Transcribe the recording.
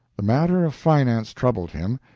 the matter of finance troubled him.